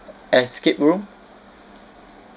escape room